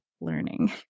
learning